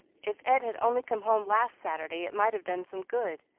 if ed had only come home last saturday it might have done some good,